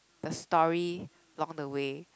the story along the way